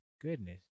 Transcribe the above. goodness